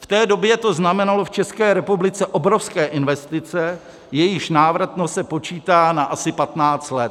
V té době to znamenalo v České republice obrovské investice, jejichž návratnost se počítá na asi 15 let.